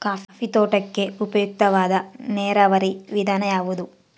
Coffee ತೋಟಕ್ಕೆ ಉಪಯುಕ್ತವಾದ ನೇರಾವರಿ ವಿಧಾನ ಯಾವುದು?